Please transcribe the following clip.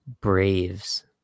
Braves